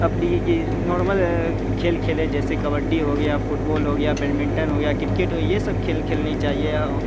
اپنی نارمل کھیل کھیلے جیسے کبڈی ہو گیا فٹ بال ہو گیا بیڈ منٹن ہو گیا کرکٹ ہو یہ سب کھیل کھیلنی چاہیے